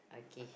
okay